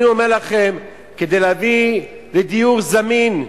אני אומר לכם, כדי להביא לדיור זמין,